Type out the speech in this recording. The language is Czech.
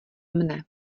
mne